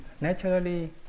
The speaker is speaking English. naturally